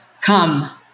come